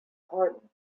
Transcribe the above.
pardon